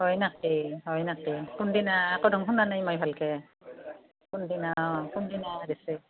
হয় নেকি হয় নেকি কোনদিনা শুনা নাই মই ভালকৈ কোনদিনা অ কোনদিনা দিছে